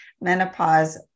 menopause